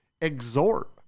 Exhort